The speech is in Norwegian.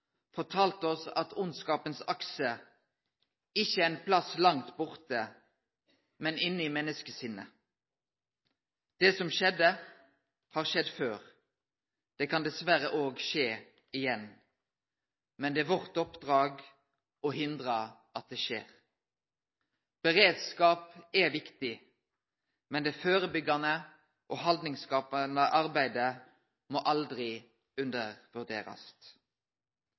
oss at vondskapens akse ikkje er ein plass langt borte, men inne i menneskesinnet. Det som skjedde, har skjedd før. Det kan dessverre òg skje igjen, men det er vårt oppdrag å hindre at det skjer. Beredskap er viktig, men det førebyggjande og haldningsskapande arbeidet må aldri undervurderast.